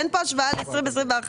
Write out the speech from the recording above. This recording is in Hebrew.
אין פה השוואה ל-2021.